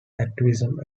activism